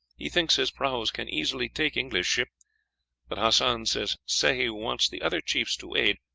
he thinks his prahus can easily take english ship but hassan says sehi wants the other chiefs to aid,